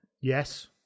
yes